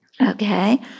okay